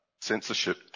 censorship